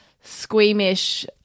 squeamish